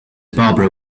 barbara